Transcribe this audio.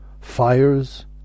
Fires